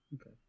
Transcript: Okay